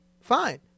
fine